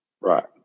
Right